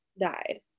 died